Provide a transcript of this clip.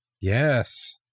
Yes